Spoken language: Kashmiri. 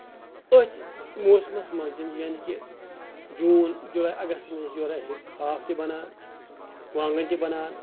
أتھۍ موسمَس منٛز یِن ییٚمہِ کہِ جوٗن جُلاٮٔی اَگستَس منٛز یورٕ اَسہِ ہاکھ تہِ بَنان وانگن تہِ بَنان